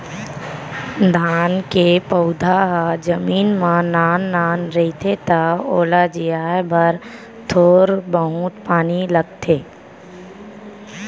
धान के पउधा ह जमीन म नान नान रहिथे त ओला जियाए बर थोर बहुत पानी लगथे